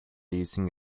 using